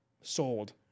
sold